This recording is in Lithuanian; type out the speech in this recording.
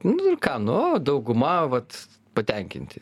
nu ir ką nu dauguma vat patenkinti